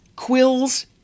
Quills